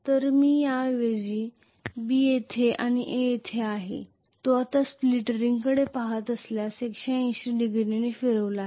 तर मी हे दाखवेन कि B येथे आहे A येथे आहे जो आता स्प्लिट रिंगकडे पहात असल्यास 180 डिग्री ने फिरविला आहे